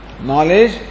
Knowledge